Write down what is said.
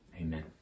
Amen